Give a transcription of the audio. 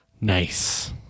Nice